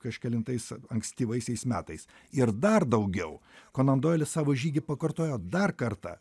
kažkelintais ankstyvaisiais metais ir dar daugiau konan doilis savo žygį pakartojo dar kartą